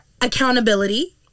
accountability